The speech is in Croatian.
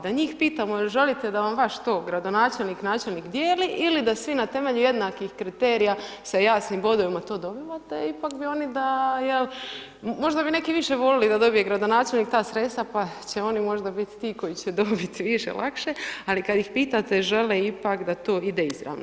Da njih pitamo želite da vam vaš to gradonačelnik načelnik dijeli da svi na temelju jednakih kriterija sa jasnim bodovima to dobivate, ipak bi oni da jel', možda bi neki više volili da dobije gradonačelnik ta sredstva pa će oni možda bit ti koji će dobiti više, lakše, ali kad ih pitate žele ipak da to ide izravno.